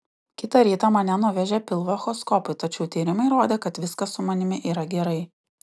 kitą rytą mane nuvežė pilvo echoskopui tačiau tyrimai rodė kad viskas su manimi yra gerai